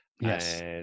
Yes